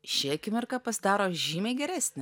ši akimirką pasidaro žymiai geresnė